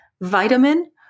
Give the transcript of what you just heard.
vitamin